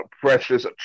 Precious